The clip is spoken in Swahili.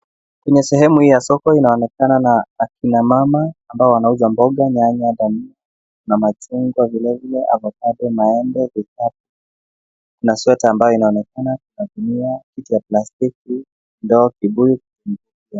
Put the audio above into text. Kwenye sehemu hii ya soko inaonekana na akina mama ambao wanauza mboga nyanya ,dania na machungwa vile vile avocado maembe. Na sweater ambayo inaonekana inapimia kitu ya plastiki, ndoo kibuyu.